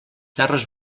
terres